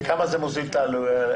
בכמה זה מוזיל את העלויות?